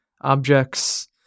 objects